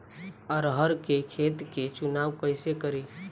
अरहर के खेत के चुनाव कईसे करी?